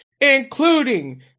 including